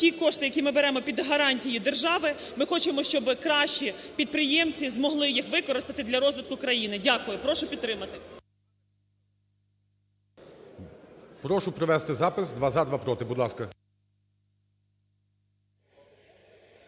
ті кошти, які ми беремо під гарантії держави, ми хочемо, щоби краще підприємці змогли їх використати для розвитку країни. Дякую. Прошу підтримати. ГОЛОВУЮЧИЙ. Прошу провести запис: два – за, два – проти. Будь ласка.